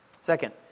Second